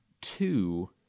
two